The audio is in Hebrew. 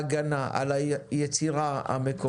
אני לא מעגן את יולי בתוך הנוסח אבל אני אומר את זה לפרוטוקול.